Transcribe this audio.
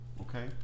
Okay